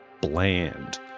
bland